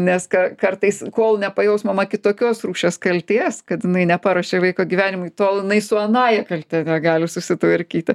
nes ka kartais kol nepajaus mama kitokios rūšies kaltės kad jinai neparuošė vaiko gyvenimui tol jinai su anąja kalte negali susitvarkyti